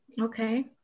Okay